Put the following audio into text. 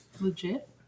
legit